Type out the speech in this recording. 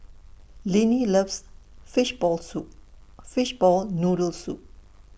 Linnie loves Fishball Soup Fishball Noodle Soup